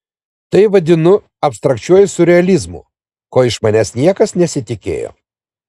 tai vadinu abstrakčiuoju siurrealizmu ko iš manęs niekas nesitikėjo